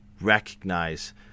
recognize